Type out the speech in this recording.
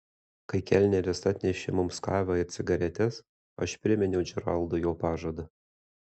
kai kelneris atnešė mums kavą ir cigaretes aš priminiau džeraldui jo pažadą